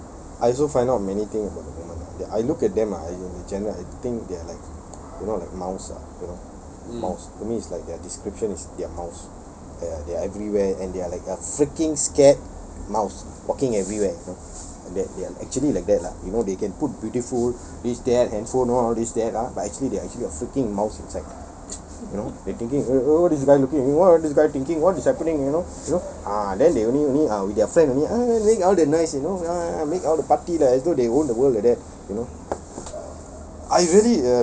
I also find out of many thing about the woman that I look at them ah general I think they're like you know like mouse ah you know mouse to me it's like their description is they are mouse they're they are everywhere and they are like a freaking scared mouse walking everywhere you know that they're actually like that lah you know they can put beautiful this that handphone this that ah but actually they are actually a freaking mouse inside you know they thinking wh~ wh~ why this guy looking at me what this guy thinking what is happening you know you know ah then they only only ah with their friend only ah make all the nice you know make all the party like as though they own the world like that you know